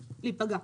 להיפגע.